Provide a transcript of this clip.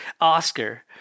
Oscar